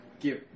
give